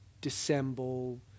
dissemble